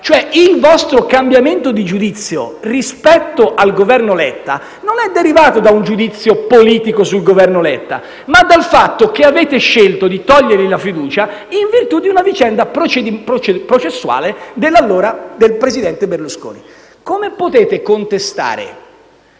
Il vostro cambiamento di giudizio rispetto al Governo Letta non è derivato da un giudizio politico sul Governo Letta ma dal fatto che avete scelto di togliergli la fiducia in virtù di una vicenda processuale del presidente Berlusconi. Come potete contestare